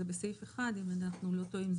זה בסעיף 1. אם איננו טועים,